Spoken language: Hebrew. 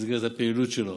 במסגרת הפעילות שלו,